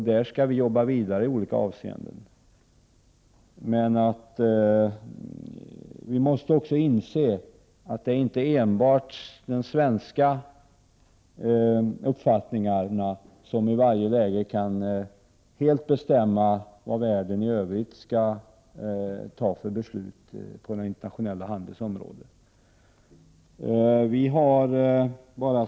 Där skall vi jobba vidare i olika avseenden. Men vi måste också inse att det är inte enbart de svenska uppfattningarna som i varje läge helt kan bestämma vilka beslut världen i övrigt skall fatta på den internationella handelns område.